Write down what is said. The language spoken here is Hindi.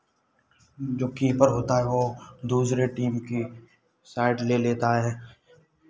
जो कीपर होता है वो दूसरे टीम की साइड ले लेता है